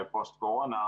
בפוסט קורונה,